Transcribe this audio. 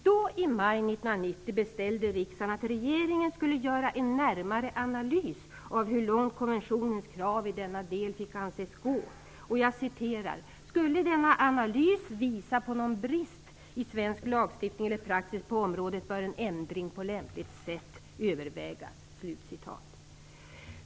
Då i maj 1990 beställde riksdagen att regeringen skulle göra en närmare analys av hur långt konventionens krav i denna del fick anses gå. "Skulle denna analys visa på någon brist i svensk lagstiftning eller praxis på området bör en ändring på lämpligt sätt övervägas."